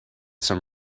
some